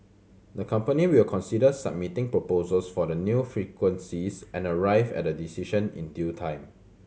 the company will consider submitting proposals for the new frequencies and arrive at a decision in due time